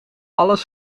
alles